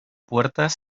puertas